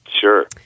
Sure